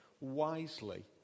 wisely